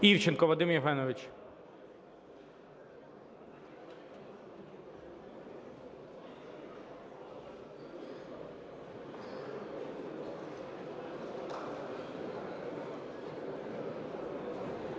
Івченко Вадим Євгенович.